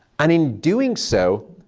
and in doing so,